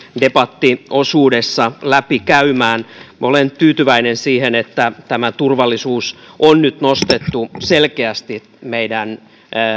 debattiosuudessa läpi käymään olen tyytyväinen siihen että turvallisuus on nyt nostettu selkeästi meidän